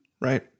Right